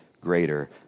greater